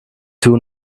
two